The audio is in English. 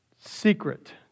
Secret